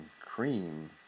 Cream